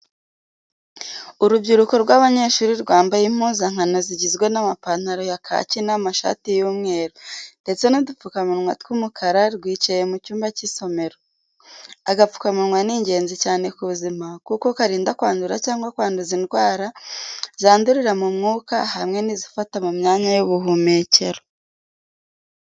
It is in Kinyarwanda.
Urubyiruko rw'abanyeshuri rwambaye impuzankano zigizwe n'amapantalo ya kaki n'amashati y'umweru, ndetse n'udupfukamunwa tw'umukara, rwicaye mu cyumba cy'isomero. Agapfukamunwa ni ingenzi cyane ku buzima kuko karinda kwandura cyangwa kwanduza indwara zandurira mu mwuka hamwe n’izifata mu myanya y’ubuhumekero.